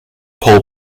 pole